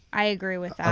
i agree with ah